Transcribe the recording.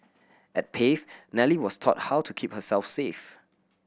at Pave Nellie was taught how to keep herself safe